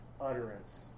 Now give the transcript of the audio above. utterance